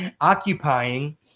Occupying